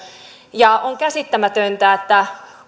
on käsittämätöntä että